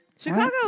chicago